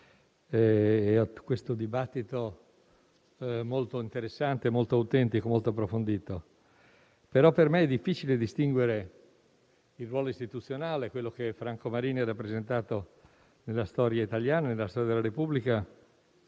Questo dibattito è molto interessante, molto autentico e molto approfondito, ma per me è difficile distinguere il ruolo istituzionale, quello che Franco Marini ha rappresentato nella storia italiana e nella storia della Repubblica,